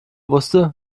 wusste